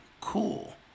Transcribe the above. cool